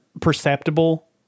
perceptible